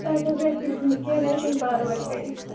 تتھ حظ گَژھِ نہٕ کِہیٖنٛۍ کیٚنٛہہ نہٕ حظ چھُنہٕ پرواے